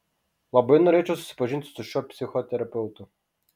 labai norėčiau susipažinti su šiuo psichoterapeutu